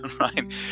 right